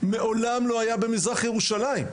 מעולם לא היה במזרח ירושלים.